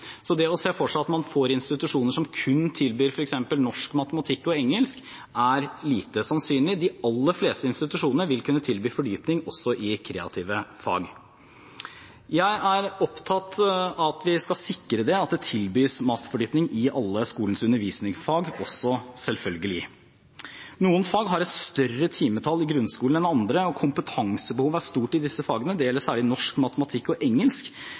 Så det å se for seg at man får institusjoner som kun tilbyr f.eks. norsk, matematikk og engelsk, er lite sannsynlig. De aller fleste institusjonene vil kunne tilby fordypning også i kreative fag. Jeg er opptatt av at vi skal sikre at det tilbys masterfordypning i alle skolens undervisningsfag også, selvfølgelig. Noen fag har et større timetall i grunnskolen enn andre, og kompetansebehovet er stort i disse fagene. Det gjelder særlig norsk, matematikk og engelsk.